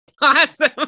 Awesome